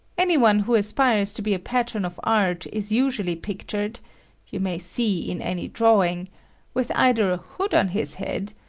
any one who aspires to be a patron of art is usually pictured you may see in any drawing with either a hood on his head,